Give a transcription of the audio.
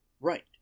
Right